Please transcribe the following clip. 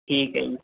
ਠੀਕ ਹੈ ਜੀ ਮੈਂ